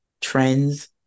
trends